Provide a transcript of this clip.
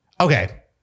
Okay